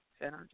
energy